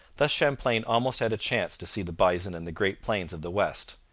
thus champlain almost had a chance to see the bison and the great plains of the west.